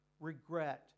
regret